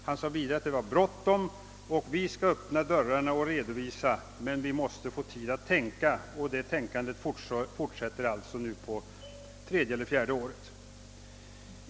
Han sade vidare att det är bråttom, att han skulle öppna dörrarna och redovisa men att man inom departementet måste få tid att tänka. Det tänkandet fortsätter alltså nu på tredje eller fjärde året.